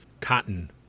cotton